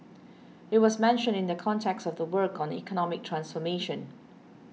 it was mentioned in the context of the work on economic transformation